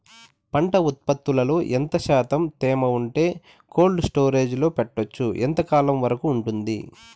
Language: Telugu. పంట ఉత్పత్తులలో ఎంత శాతం తేమ ఉంటే కోల్డ్ స్టోరేజ్ లో పెట్టొచ్చు? ఎంతకాలం వరకు ఉంటుంది